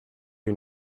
you